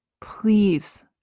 Please